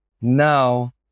Now